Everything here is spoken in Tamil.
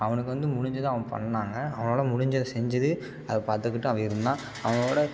அவனுக்கு வந்து முடிஞ்சதை அவன் பண்ணுனாங்க அவனால் முடிஞ்சதை செஞ்சது அதை பார்த்துக்கிட்டு அவன் இருந்தான் அவனோடய